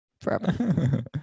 forever